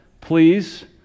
please